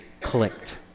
clicked